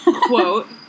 quote